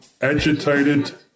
agitated